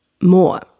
more